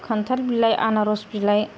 खान्थाल बिलाइ आनारस बिलाइ